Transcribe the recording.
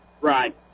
right